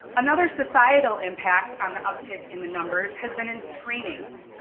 another societal impact on the uptick in the numbers has been in screenings,